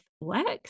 works